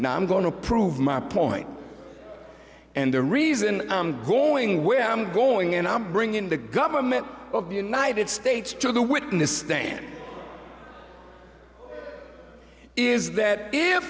to prove my point and the reason i'm going where i'm going and i'm bringing the government of the united states to the witness stand is that if